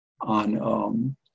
on